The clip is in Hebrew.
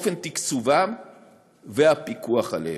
אופן תקצובם והפיקוח עליהם.